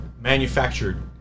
manufactured